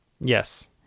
Yes